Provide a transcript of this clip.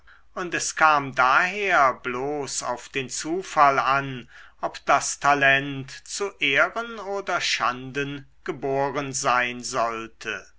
und es kam daher bloß auf den zufall an ob das talent zu ehren oder schanden geboren sein sollte